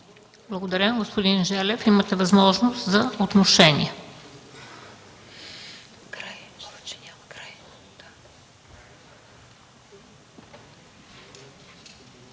Благодаря. Господин Желев, имате възможност за отношение.